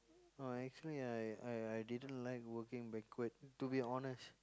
no actually I I I didn't like working banquet to be honest